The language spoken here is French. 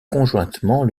conjointement